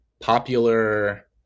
popular